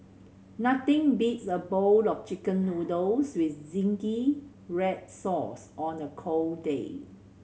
nothing beats a bowl of Chicken Noodles with zingy red sauce on a cold day